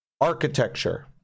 architecture